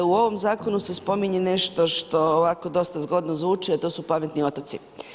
U ovom zakonu se spominje nešto što ovako dosta dobro zvuči a to su pametni otoci.